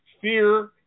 fear